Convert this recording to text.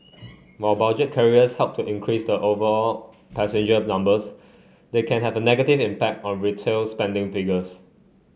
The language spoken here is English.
while budget carriers help to increase the overall passenger numbers they can have a negative impact on retail spending figures